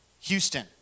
Houston